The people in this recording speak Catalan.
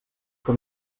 que